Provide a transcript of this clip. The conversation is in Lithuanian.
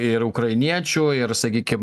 ir ukrainiečių ir sakykim